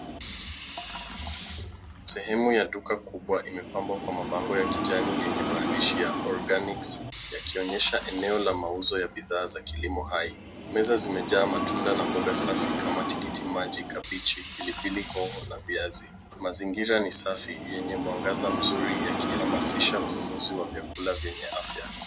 Sehemu ya duka kubwa imepambwa kwa mabango ya kijani yenye maandishi ya organic yakionyesha eneo la mauzo ya bidhaa za kilimo hai. Meza zimejaa matunda na mboga safi kama tikitimaji, kabichi, pilipili hoho na viazi. Mazingira ni safi yenye mwangaza mzuri yakihamasisha ununuzi wa vyakula vyenye afya.